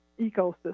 ecosystem